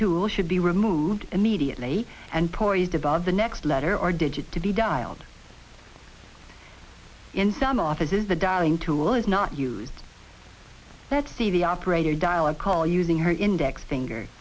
tool should be removed immediately and tori's about the next letter or digit to be dialed in some offices the darling tool is not used that see the operator dial or call using her index finger